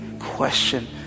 question